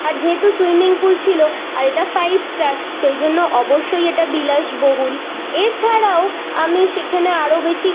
আর যেহেতু swimming pool ছিল আর এটা ফাইভ স্টার সেই জন্য অবশ্যই এটা বিলাসবহুল এছাড়াও আমি সেখানে আরো বেশি